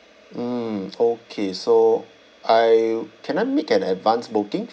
mm okay so I can I make an advance booking